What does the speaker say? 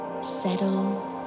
settle